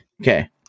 Okay